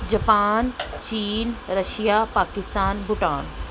Japan ਚੀਨ Russia Pakistan Bhutan